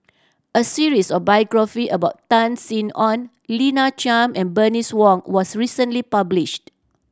a series of biography about Tan Sin Aun Lina Chiam and Bernice Wong was recently published